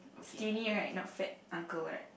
skinny right not fat uncle right